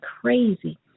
crazy